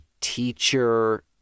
teacher